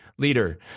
Leader